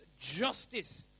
justice